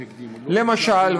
למשל,